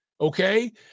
Okay